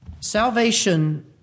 Salvation